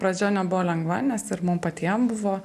pradžia nebuvo lengva nes ir mum patiem buvo